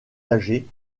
âgée